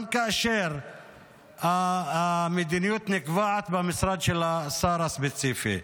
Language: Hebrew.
גם כאשר המדיניות נקבעת במשרד של השר הספציפי.